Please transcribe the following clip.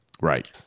Right